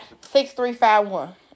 six-three-five-one